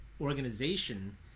organization